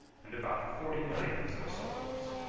and about forty millions of souls.